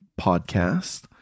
podcast